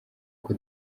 uko